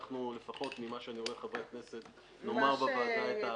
לפחות לומר בוועדה את האמירה.